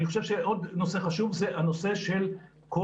אני חושב שעוד נושא חשוב זה הנושא של כל